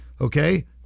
Okay